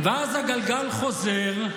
ואז הגלגל חוזר,